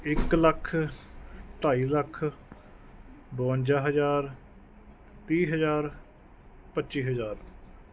ਇੱਕ ਲੱਖ ਢਾਈ ਲੱਖ ਬਵੰਜਾ ਹਜ਼ਾਰ ਤੀਹ ਹਜ਼ਾਰ ਪੱਚੀ ਹਜ਼ਾਰ